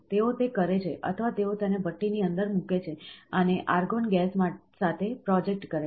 તેઓ તે કરે છે અથવા તેઓ તેને ભઠ્ઠીની અંદર મૂકે છે અને આર્ગોન ગેસ સાથે પ્રોજેક્ટ કરે છે